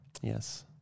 yes